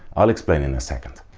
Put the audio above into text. i'll explain in a second.